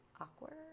awkward